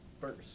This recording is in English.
first